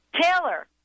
Taylor